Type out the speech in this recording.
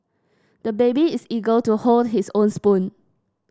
the baby is eager to hold his own spoon